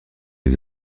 les